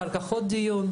אחר כך עוד דיון,